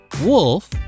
Wolf